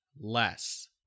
less